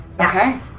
Okay